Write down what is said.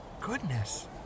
Goodness